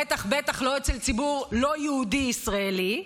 בטח ובטח לא אצל ציבור לא-יהודי ישראלי,